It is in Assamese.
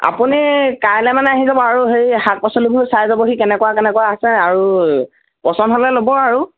আপুনি কাইলৈমানে আহি যাব আৰু হেৰি শাক পাচলিবোৰ চাই যাবহি কেনেকুৱা কেনেকুৱা আছে আৰু পচন্দ হ'লে ল'ব আৰু